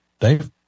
Dave